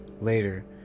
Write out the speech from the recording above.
Later